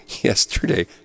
yesterday